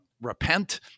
repent